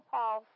Paul